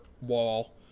Wall